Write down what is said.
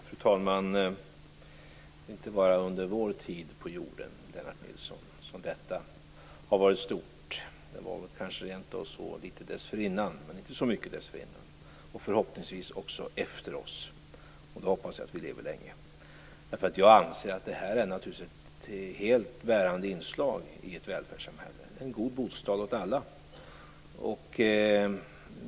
Fru talman! Det är inte bara under vår tid på jorden som detta har varit stort, Lennart Nilsson. Det var kanske rent av så litet dessförinnan, men inte så mycket dessförinnan och förhoppningsvis också efter oss. Då hoppas jag att vi lever länge. Jag anser att det här naturligtvis är ett helt bärande inslag i ett välfärdssamhälle, en god bostad åt alla.